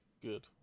Good